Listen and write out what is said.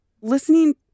listening